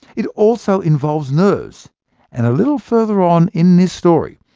it also involves nerves and a little further on in this story,